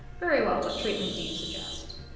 very well what treatment do you suggest